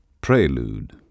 Prelude